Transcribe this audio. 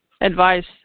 advice